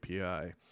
API